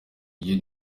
iyo